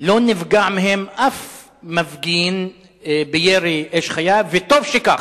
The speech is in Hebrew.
לא נפגע מהם שום מפגין בירי אש חיה, וטוב שכך.